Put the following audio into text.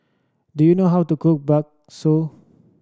do you know how to cook bakso